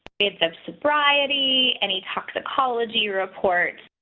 bits of sobriety and a toxicology report.